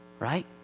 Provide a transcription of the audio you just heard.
Right